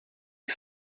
que